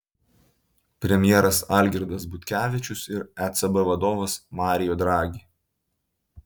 premjeras algirdas butkevičius ir ecb vadovas mario draghi